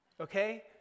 okay